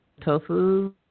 tofu